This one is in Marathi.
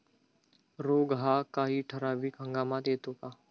रोग हा काही ठराविक हंगामात येतो का?